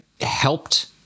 helped